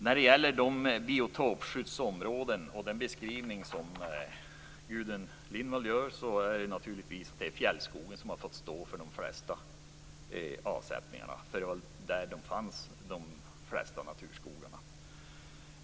När det gäller biotopskyddsområden och den beskrivning som Gudrun Lindvall gör är det fjällskogen som har fått stå för de flesta avsättningarna. Det var där de flesta naturskogarna fanns.